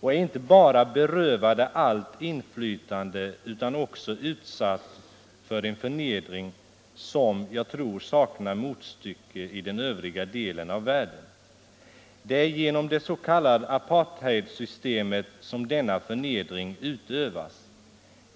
Den är inte bara berövad allt inflytande, utan också utsatt för en förnedring som jag tror saknar motstycke i den övriga delen av världen. Det är genom det s.k. apartheidsystemet, som denna förnedring utövas.